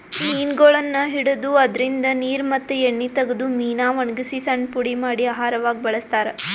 ಮೀನಗೊಳನ್ನ್ ಹಿಡದು ಅದ್ರಿನ್ದ ನೀರ್ ಮತ್ತ್ ಎಣ್ಣಿ ತಗದು ಮೀನಾ ವಣಗಸಿ ಸಣ್ಣ್ ಪುಡಿ ಮಾಡಿ ಆಹಾರವಾಗ್ ಬಳಸ್ತಾರಾ